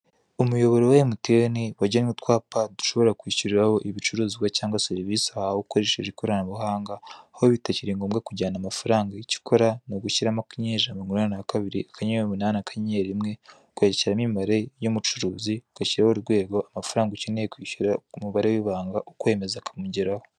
Umuyoboro wa emutiyene wagenye utwapa dushobora kwishyuriraho ibicuruzwa cyangwa serivise uhawe ukoresheje ikoranabuhanga, aho bitakiri ngombwa kujyana amafaranga, icyo ukora ni ugushyiramo akanyenyeri ijana na mirongo inane na kabiri akanyenyeri umunani akanyenyeri rimwe, ugashyiramo imibare y'umucuruzi, ugashyiraho urwego, amafaranga ukeneye kwishyura, umubare w'ibanga ukemeza akamugeraho.